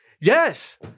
yes